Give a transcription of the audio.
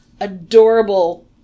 adorable